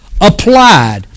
applied